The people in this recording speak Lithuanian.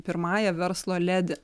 pirmąja verslo ledi